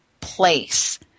place